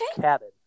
cabin